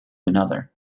another